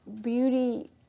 beauty